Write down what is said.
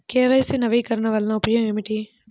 KYC నవీకరణ వలన ఉపయోగం ఏమిటీ?